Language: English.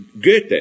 Goethe